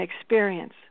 experience